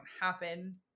happen